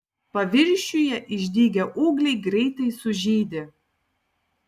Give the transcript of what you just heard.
paviršiuje išdygę ūgliai greitai sužydi